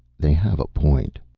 they have a point.